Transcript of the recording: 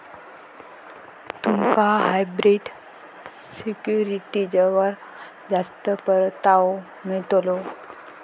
तुमका हायब्रिड सिक्युरिटीजवर जास्त परतावो मिळतलो